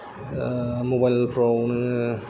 मबाइलफ्राव नोङो